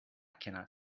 cannot